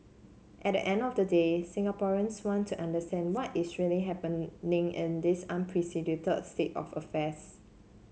at the end of the day Singaporeans want to understand what is really happening in this unprecedented state of affairs